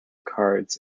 cards